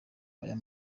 aya